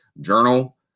journal